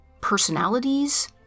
personalities